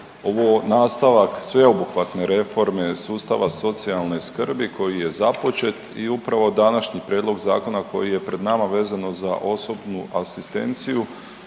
ovo nastavak sveobuhvatne reforme sustava socijalne skrbi koji je započet i upravo današnji prijedlog zakona koji je pred nama vezano za osobnu asistenciju